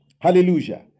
Hallelujah